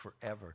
forever